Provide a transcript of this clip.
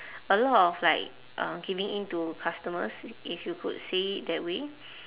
a lot of like uh giving in to customers if you could say it that way